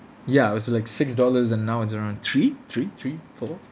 ya it was like six dollars and now it's around three three three four